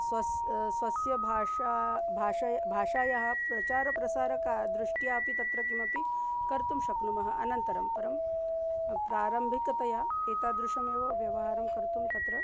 स्वस्य स्वस्य भाषा भाषया भाषायाः प्रचारप्रसारकदृष्ट्या अपि तत्र किमपि कर्तुं शक्नुमः अनन्तरं परं प्रारम्भिकतया एतादृशमेव व्यवहारं कर्तुं तत्र